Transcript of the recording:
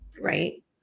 right